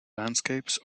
landscapes